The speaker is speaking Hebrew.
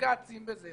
בבג"צים וזה.